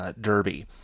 derby